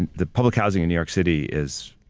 and the public housing in new york city is